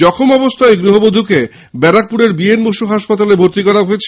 জখম অবস্থায় ওই গৃহবধুকে বারাকপুর বি এন বসু হাসপাতালে ভর্তি করা হয়েছে